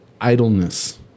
idleness